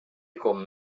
com